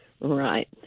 Right